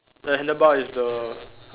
the handle bar is the